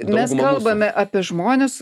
mes kalbame apie žmones